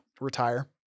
retire